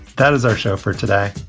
that is our show for today.